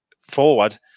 forward